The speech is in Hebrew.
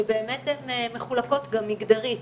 שהן מחולקות גם מגדרית